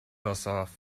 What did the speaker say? herself